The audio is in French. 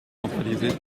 centralisée